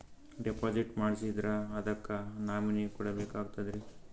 Deposit ಮಾಡ್ಸಿದ್ರ ಅದಕ್ಕ nominee ಕೊಡಬೇಕಾಗ್ತದ್ರಿ?